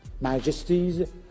Majesties